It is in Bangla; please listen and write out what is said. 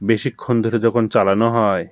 বেশিক্ষণ ধরে যখন চালানো হয়